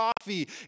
coffee